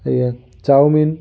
ଆଜ୍ଞା ଚାଉମିନ୍